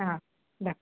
ಹಾಂ ಡನ್